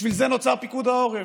בשביל זה נוצר פיקוד העורף.